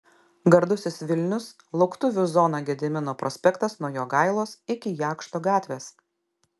gardusis vilnius lauktuvių zona gedimino prospektas nuo jogailos iki jakšto gatvės